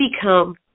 become